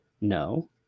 No